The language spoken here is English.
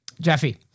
Jeffy